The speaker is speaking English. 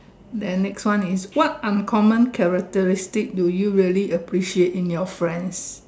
then next one is what uncommon characteristic do you really appreciate in your friends